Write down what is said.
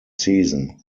season